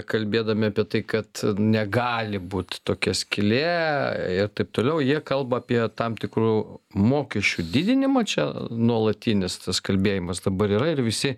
kalbėdami apie tai kad negali būt tokia skylė ir taip toliau jie kalba apie tam tikrų mokesčių didinimą čia nuolatinis tas kalbėjimas dabar yra ir visi